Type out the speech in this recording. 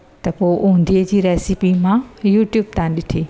त पोइ ओंधिए जी रेसिपी मां यूट्यूब तां ॾिठी